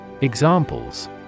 Examples